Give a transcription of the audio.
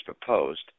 proposed